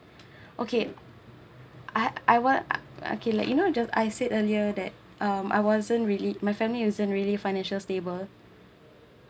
okay I I was okay like you know just I said earlier that um I wasn't really my family isn't really financial stable